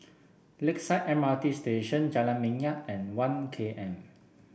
Lakeside M R T Station Jalan Minyak and One K M